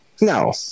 no